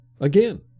again